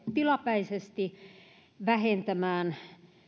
tilapäisesti vähentämään